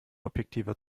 objektiver